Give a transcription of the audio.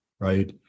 right